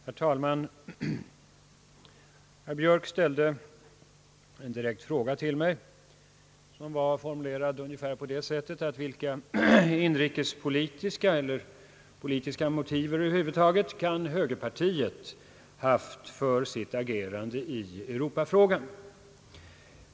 Herr talman! Herr Björk ställde en direkt fråga till mig om vilka inrikespolitiska eller politiska motiv över huvud taget högerpartiet har haft för sitt agerande i Europa-frågan.